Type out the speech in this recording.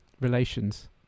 relations